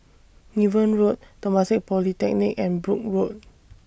Niven Road Temasek Polytechnic and Brooke Road